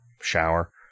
shower